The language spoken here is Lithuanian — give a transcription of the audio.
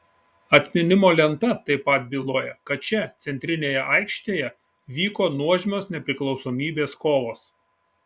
atminimo lenta taip pat byloja kad čia centrinėje aikštėje vyko nuožmios nepriklausomybės kovos